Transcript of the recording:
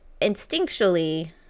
instinctually